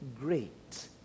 great